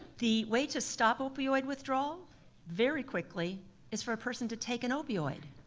the way to stop opioid withdrawal very quickly is for a person to take an opioid.